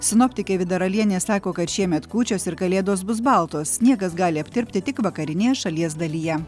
sinoptikė vida ralienė sako kad šiemet kūčios ir kalėdos bus baltos sniegas gali aptirpti tik vakarinėje šalies dalyje